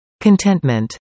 Contentment